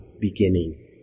beginning